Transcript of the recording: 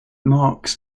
marks